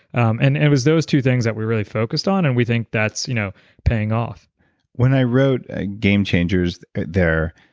and it was those two things that we really focused on and we think that's you know paying off when i wrote ah game changers there,